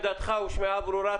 עמדתך הושמעה וברורה.